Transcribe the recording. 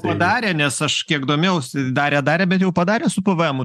padarė nes aš kiek domėjausi darė darė bet jau padarė su pėvėemu